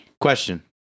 Question